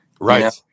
Right